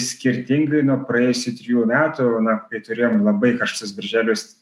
skirtingai nuo praėjusių trijų metų na kai turėjom labai karštus birželius